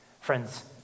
Friends